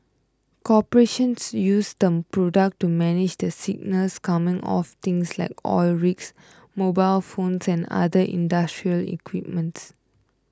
corporations use the product to manage the signals coming off things like oil rigs mobile phones and other industrial equipment